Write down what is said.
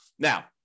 Now